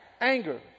Anger